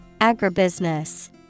Agribusiness